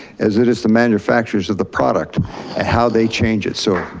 as it is the manufacturers of the product how they change it so.